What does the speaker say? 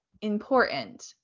important